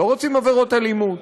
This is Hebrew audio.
לא רוצים עבירות אלימות.